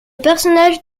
personnage